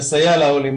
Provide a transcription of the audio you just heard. לסייע לעולים,